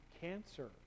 cancer